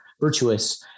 virtuous